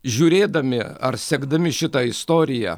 žiūrėdami ar sekdami šitą istoriją